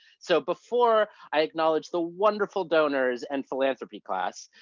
so before i acknowledge the wonderful donors and philanthropy class,